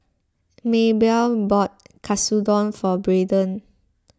Maebelle bought Katsudon for Braydon